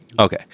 Okay